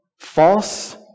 false